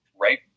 right